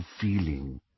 feeling